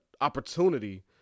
opportunity